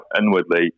inwardly